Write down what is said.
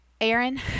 Aaron